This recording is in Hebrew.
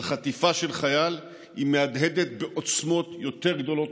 על חטיפה של חייל, מהדהדת בעוצמות יותר גדולות,